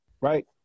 right